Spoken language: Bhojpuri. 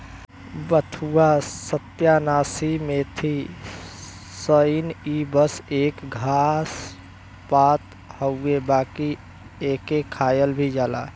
बथुआ, सत्यानाशी, मेथी, सनइ इ सब एक घास पात हउवे बाकि एके खायल भी जाला